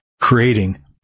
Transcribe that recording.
creating